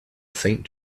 saint